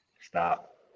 Stop